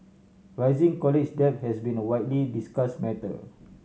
rising college debt has been a widely discuss matter